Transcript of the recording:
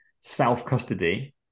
self-custody